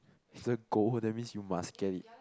the goal that means you must get it